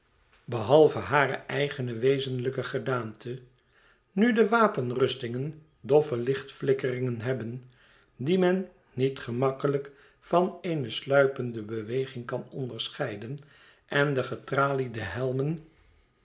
behalve hare eigene wezenlijke gedaante nu de wapenrustingen doffe lichtflikkeringen hebben die men niet gemakkelijk van eene sluipende beweging kan onderscheiden en de getraliede helmen